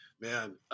man